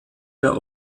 der